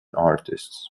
artists